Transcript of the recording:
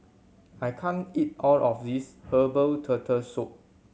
I can't eat all of this herbal Turtle Soup